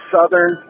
Southern